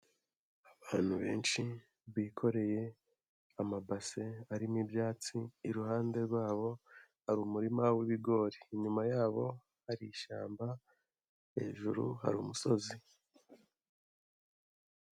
Abantu benshi bikoreye amabase arimo ibyatsi, iruhande rwabo hari umurima w'ibigori, inyuma yabo ari ishyamba hejuru hari umusozi.